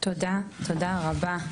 תודה רבה.